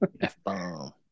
F-bomb